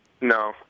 No